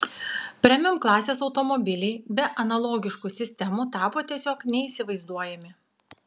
premium klasės automobiliai be analogiškų sistemų tapo tiesiog neįsivaizduojami